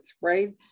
right